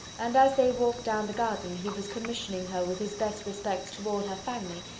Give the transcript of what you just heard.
and as they walked down the garden he was commissioning her with his best respects to all her family,